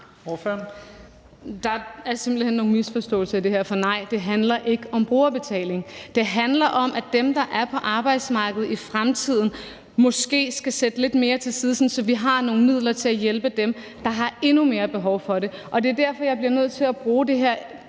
Der er simpelt hen nogle misforståelser i det her, for nej, det handler ikke om brugerbetaling. Det handler om, at dem, der er på arbejdsmarkedet i fremtiden, måske skal sætte lidt mere til side, sådan at vi har nogle midler til at hjælpe dem, der har endnu mere behov for det. Det er derfor, jeg bliver nødt til at bruge de her